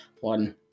one